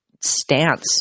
stance